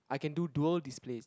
I can do dual displays